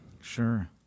Sure